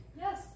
Yes